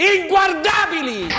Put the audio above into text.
Inguardabili